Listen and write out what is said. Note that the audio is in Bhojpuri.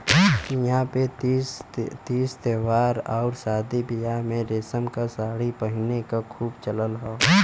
इहां पे तीज त्यौहार आउर शादी बियाह में रेशम क सारी पहिने क खूब चलन हौ